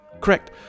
Correct